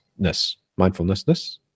mindfulnessness